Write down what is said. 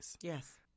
Yes